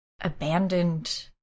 abandoned